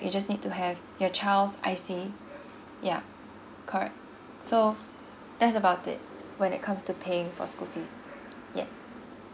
you just need to have your child's I_C yeah correct so that's about it when it comes to paying for school fees yes